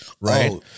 right